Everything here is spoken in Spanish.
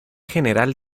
general